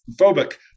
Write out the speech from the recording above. phobic